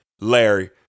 Larry